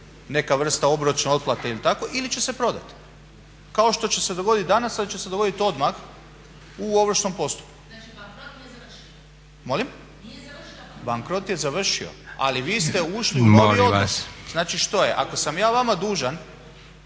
neka vrsta obročne otplate ili tako ili će se prodati. Kao što će se dogoditi danas, ali će se dogoditi odmah u ovršnom postupku. …/Upadica se ne čuje./… Molim? Bankrot je završio, ali vi ste ušli u, znači što je, ako sam ja vama dužan